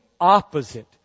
opposite